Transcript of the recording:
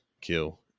Kill